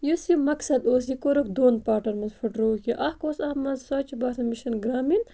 یُس یہِ مقصد اوس یہِ کوٚرُکھ دۄن پاٹَن منٛز پھٔٹرووُکھ یہِ اَکھ اوس اَتھ منٛز سۄچہِ بھارت مشَن گرٛامِن